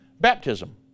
baptism